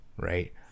right